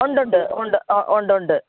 ഉണ്ടുണ്ട് ഉണ്ട് ഉണ്ടുണ്ട്